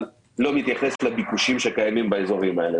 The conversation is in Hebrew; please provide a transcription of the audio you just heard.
מתייחס לביקושים שקיימים באזורים האלה.